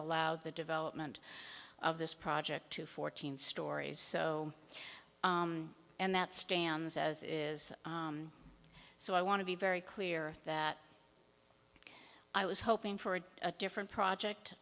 allowed the development of this project to fourteen stories so and that stands as it is so i want to be very clear that i was hoping for a different project